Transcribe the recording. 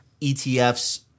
ETFs